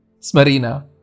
Smarina